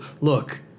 Look